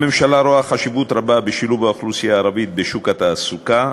הממשלה רואה חשיבות רבה בשילוב האוכלוסייה הערבית בשוק התעסוקה.